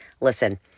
listen